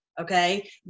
okay